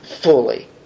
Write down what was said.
fully